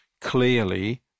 clearly